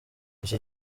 iki